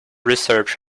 research